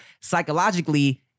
psychologically